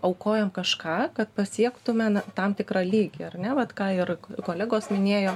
aukojam kažką kad pasiektume tam tikrą lygį ar ne vat ką ir kolegos minėjo